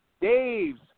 Dave's